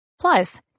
Plus